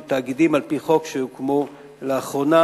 של תאגידים על-פי חוק שהוקמו לאחרונה.